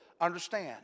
understand